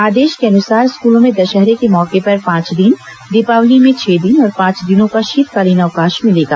आदेश के अनुसार स्कूलों में दशहरे के मौके पर पांच दिन दीपावली में छह दिन और पांच दिनों का शीतकालीन अवकाश मिलेगा